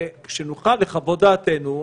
ושנוכל לחוות דעתנו,